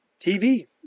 TV